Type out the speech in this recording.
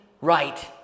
right